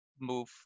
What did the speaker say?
move